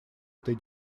этой